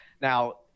now